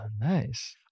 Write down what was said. nice